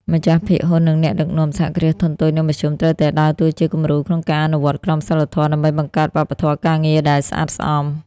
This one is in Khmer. ម្ចាស់ភាគហ៊ុន និងអ្នកដឹកនាំ សហគ្រាសធុនតូច និងមធ្យម ត្រូវតែដើរតួជាគំរូក្នុងការអនុវត្តក្រមសីលធម៌ ដើម្បីបង្កើតវប្បធម៌ការងារដែលស្អាតស្អំ។